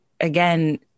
again